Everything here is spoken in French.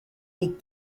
les